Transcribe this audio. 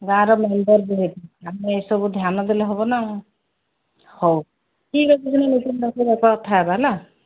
ଗାଁର ମେମ୍ବର୍ ଯିଏ ଆମେ ଏ ସବୁ ଧ୍ୟାନ ଦେଲେ ହେବ ନା ହଉ ଠିକ୍ ଅଛି ତାହେଲେ ମିଟିଙ୍ଗ୍ କରିକି କଥା ହେବା ହେଲା